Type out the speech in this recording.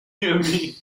miami